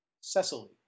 Cecily